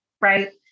right